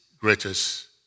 greatest